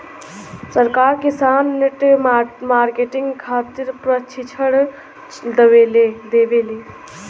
सरकार किसान के नेट मार्केटिंग खातिर प्रक्षिक्षण देबेले?